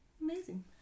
Amazing